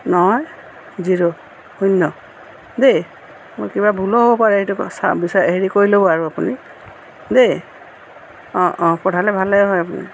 ন জিৰ' শূন্য দেই মোৰ কিবা ভুলো হ'ব পাৰে সেইটো হেৰি কৰি ল'ব আৰু আপুনি দেই অঁ অঁ পঠালে ভাল হয়